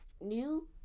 new